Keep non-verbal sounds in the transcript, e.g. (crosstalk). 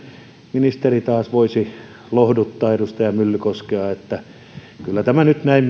ministeri voisi taas lohduttaa edustaja myllykoskea että kyllä tämä nyt näin (unintelligible)